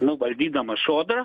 nu valdydama sodrą